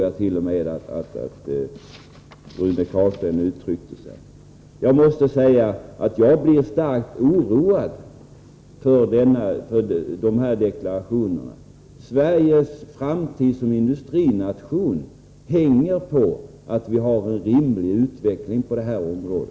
Jag måste säga att jag blir starkt oroad över Rune Carlsteins deklarationer. Sveriges framtid som industrination hänger på att vi har en rimlig utveckling på detta område.